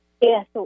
Yes